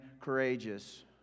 courageous